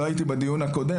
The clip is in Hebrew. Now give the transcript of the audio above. לא הייתי בדיון הקודם,